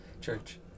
church